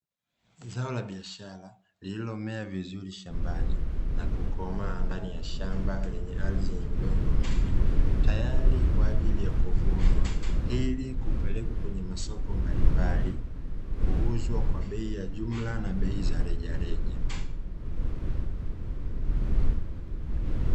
Zao la biashara lililomea vizuri shambani na kukomaa ndani ya shamba lenye ardhi yenye udongo mzuri, tayari kwa ajili ya kuvunwa ili kupelekwa kwenye masoko mbalimbali kuuzwa kwa bei ya jumla na bei za rejareja.